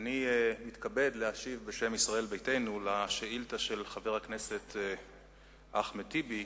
אני מתכבד להשיב בשם ישראל ביתנו על שאילתא של חבר הכנסת אחמד טיבי.